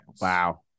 Wow